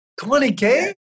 20k